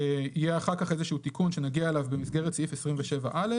יהיה אחר כך תיקון שנגיע אליו במסגרת סעיף 27(א).